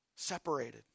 separated